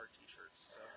t-shirts